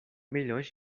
milhões